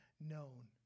known